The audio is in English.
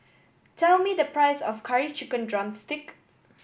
tell me the price of Curry Chicken drumstick